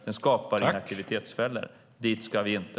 Den skapar inaktivitetsfällor. Dit ska vi inte!